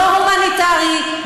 לא הומניטרי,